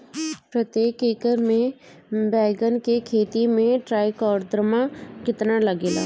प्रतेक एकर मे बैगन के खेती मे ट्राईकोद्रमा कितना लागेला?